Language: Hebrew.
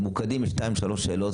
ממוקדים בשתיים-שלוש שאלות.